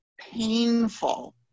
painful